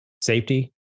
safety